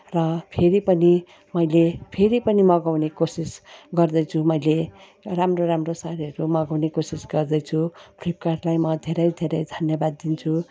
र फेरि पनि मैले फेरि पनि मगाउने कोसिस गर्दैछु मैले राम्रो राम्रो सारीहरू मगाउने कोसिस गर्दैछु फ्लिपकार्टलाई म धेरै धेरै धन्यवाद दिन्छु